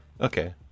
Okay